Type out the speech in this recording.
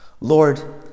Lord